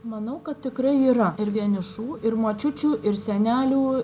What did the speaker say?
manau kad tikrai yra ir vienišų ir močiučių ir senelių